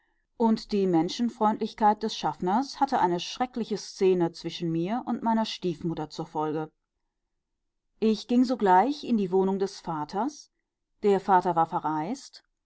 und die menschenfreundlichkeit des schaffners hatte eine schreckliche szene zwischen mir und meiner stiefmutter zur folge ich ging sogleich in die wohnung des vaters der vater war verreist